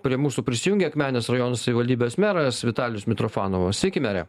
prie mūsų prisijungė akmenės rajono savivaldybės meras vitalijus mitrofanovas sveiki mere